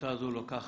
העמותה הזו לוקחת